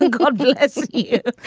god bless you.